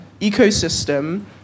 ecosystem